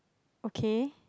okay